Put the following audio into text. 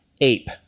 ape